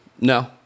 no